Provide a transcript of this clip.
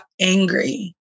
angry